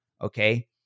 Okay